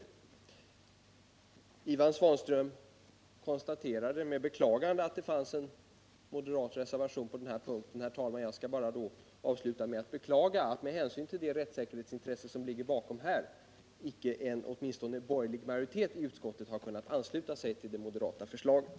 Ivan Svanström konstaterade med beklagande att det fanns en moderat reservation på den här punkten. Herr talman! Jag skall då bara avsluta med att beklaga att med hänsyn till det rättssäkerhetsintresse som ligger bakom icke ens en borgerlig majoritet i utskottet har kunnat ansluta sig till det moderata förslaget.